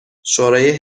شورای